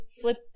flip